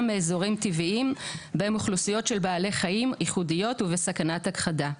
מאזורים טבעיים בהן אוכלוסיות של בעלי חיים ייחודיות ובסכנת הכחדה.